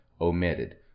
omitted